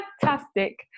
fantastic